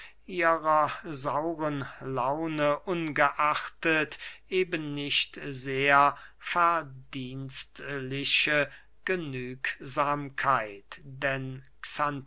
ihrer sauren laune ungeachtet eben nicht sehr verdienstliche genügsamkeit denn